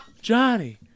johnny